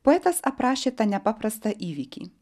poetas aprašė tą nepaprastą įvykį